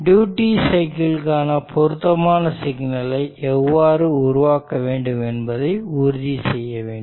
duty cycle கான பொருத்தமான சிக்னலை எவ்வாறு உருவாக்க வேண்டும் என்பதை உறுதி செய்ய வேண்டும்